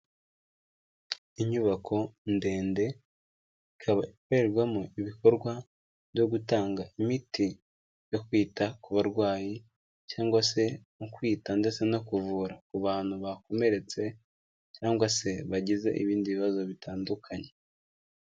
Inyubako ndende ikaba ikorerwamo ibikorwa byo gutanga imiti yo kwita ku barwayi cyangwa se mu kwita ndetse no kuvura ku bantu bakomeretse cyangwa se bagize ibindi bibazo bitandukanye.